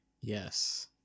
Yes